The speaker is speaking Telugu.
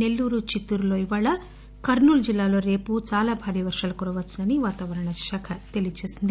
నెల్లూరు చిత్తూరులో ఇవాళ రేపు కర్నూలు జిల్లాలో చాలా భారీ వర్షాలు కురవవచ్చని వాతావరణ శాఖ తెలియజేసింది